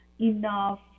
enough